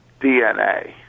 DNA